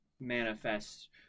manifests